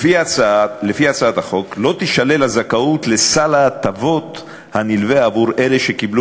לפי הצעת החוק לא תישלל הזכאות לסל ההטבות הנלווה מאלה שקיבלו